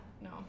no